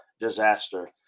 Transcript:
disaster